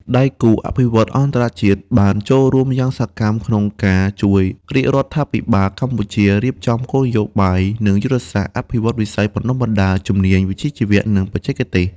ដៃគូអភិវឌ្ឍន៍អន្តរជាតិបានចូលរួមយ៉ាងសកម្មក្នុងការជួយរាជរដ្ឋាភិបាលកម្ពុជារៀបចំគោលនយោបាយ និងយុទ្ធសាស្ត្រអភិវឌ្ឍន៍វិស័យបណ្តុះបណ្តាលជំនាញវិជ្ជាជីវៈ និងបច្ចេកទេស។